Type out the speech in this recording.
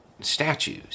statues